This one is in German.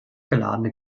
geladene